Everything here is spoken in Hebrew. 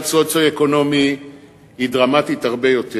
סוציו-אקונומי היא דרמטית הרבה יותר,